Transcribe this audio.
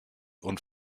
und